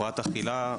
הפרעת אכילה,